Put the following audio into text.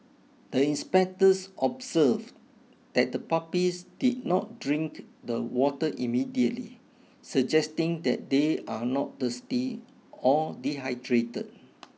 the inspectors observed that the puppies did not drink the water immediately suggesting that they are not thirsty or dehydrated